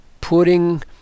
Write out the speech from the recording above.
putting